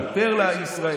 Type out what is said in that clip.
אני תורם יותר לישראל.